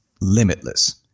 limitless